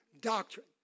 doctrine